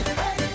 hey